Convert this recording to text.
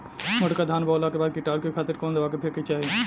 मोटका धान बोवला के बाद कीटाणु के खातिर कवन दावा फेके के चाही?